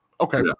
Okay